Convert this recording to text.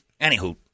Anywho